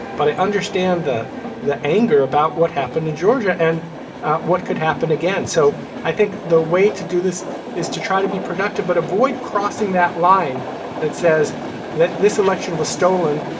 but i understand the the anger about what happened in georgia and what could happen again. so i think the way to do this is to try to be productive, but avoid crossing that line that says that this election was stolen.